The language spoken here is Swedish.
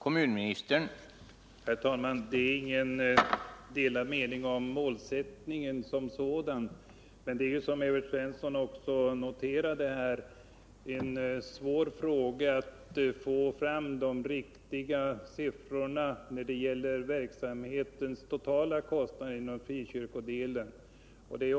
Herr talman! Det finns inga delade meningar om målsättningen, men det är, som Evert Svensson också noterade här, svårt att få fram de riktiga siffrorna för verksamhetens totala kostnader inom frikyrkodelen.